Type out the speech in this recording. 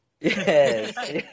Yes